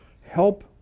help